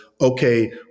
okay